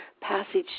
passage